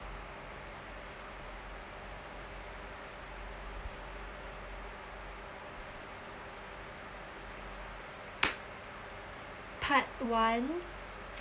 part one